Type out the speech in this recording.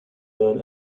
known